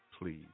Please